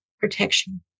protection